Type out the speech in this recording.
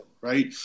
right